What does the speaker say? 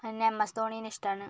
പിന്നെ M S ധോണിനെ ഇഷ്ട്ടാണ്